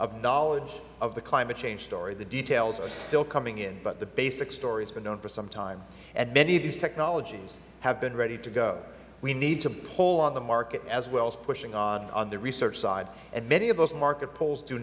of knowledge of the climate change story the details are still coming in but the basic story has been known for some time and many of these technologies have been ready together we need to pull on the market as well as pushing on the research side and many of those market pulls do